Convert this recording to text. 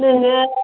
नोङो